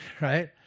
right